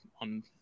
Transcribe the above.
on